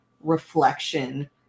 reflection